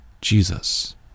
Jesus